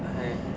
!hais!